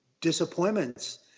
disappointments